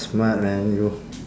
smart man you